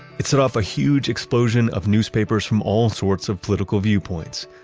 it set off a huge explosion of newspapers from all sorts of political viewpoints.